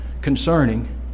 concerning